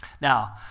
Now